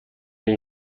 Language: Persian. این